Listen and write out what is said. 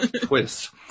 twist